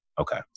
Okay